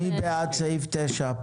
מי בעד אישור סעיף 9?